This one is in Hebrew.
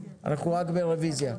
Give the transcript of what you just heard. אנחנו רק ברוויזיות.